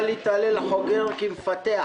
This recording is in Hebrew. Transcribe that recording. אל יתהלל חוגר כמפתח.